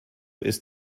ist